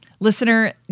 Listener